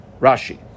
Rashi